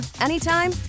anytime